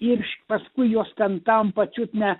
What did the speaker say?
ir iš paskui jos ten tampa čiut ne